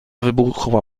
wybuchła